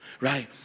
Right